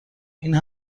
این